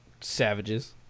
Savages